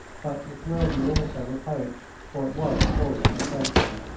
but it thrilled me also with hope, for it was the voice of a frenchman.